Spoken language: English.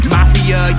Mafia